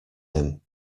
him